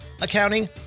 accounting